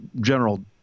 general